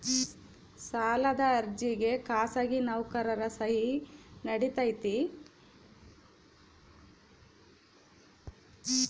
ಸಾಲದ ಅರ್ಜಿಗೆ ಖಾಸಗಿ ನೌಕರರ ಸಹಿ ನಡಿತೈತಿ?